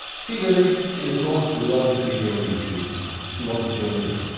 see the links in the comments below this video on youtube if you want to join in.